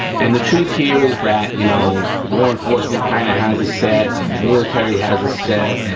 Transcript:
and the truth here is that, you know, law enforcement kinda has a set, and military has a set,